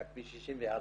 רק מ-64',